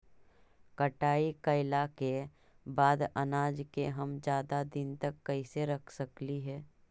कटाई कैला के बाद अनाज के हम ज्यादा दिन तक कैसे रख सकली हे?